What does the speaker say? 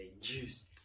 juice